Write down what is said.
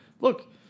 look